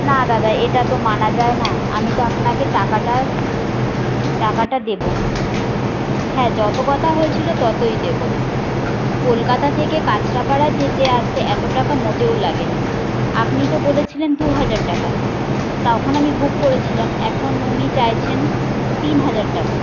না দাদা এটা তো মানা যায় না আমি তো আপনাকে টাকাটা টাকাটা দেবো হ্যাঁ যত কথা হয়েছিল ততই দেবো কলকাতা থেকে কাঁচড়াপাড়া যেতে আসতে এত টাকা মোটেও লাগে না আপনি তো বলেছিলেন দু হাজার টাকা তখন আমি বুক করেছিলাম এখন উনি চাইছেন তিন হাজার টাকা